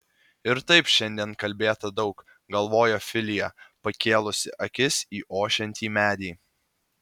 ir taip šiandien kalbėta daug galvojo filija pakėlusi akis į ošiantį medį